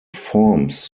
forms